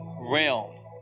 realm